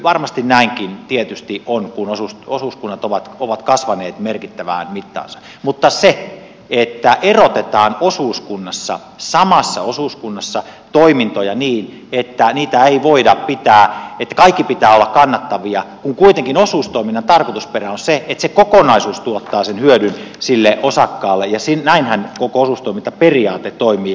varmasti näinkin tietysti on kun osuuskunnat ovat kasvaneet merkittävään mittaansa mutta se että erotetaan osuuskunnassa samassa osuuskunnassa toimintoja niin että niitä ei voida pitää piti kaikkien pitää olla kannattavia kuitenkin osuustoiminnan tarkoitusperä on se että se kokonaisuus tuottaa sen hyödyn sille osakkaalle ja näinhän koko osuustoimintaperiaate toimii